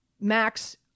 max